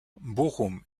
bochum